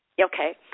Okay